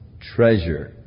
treasure